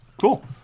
Cool